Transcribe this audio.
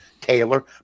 Taylor